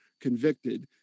convicted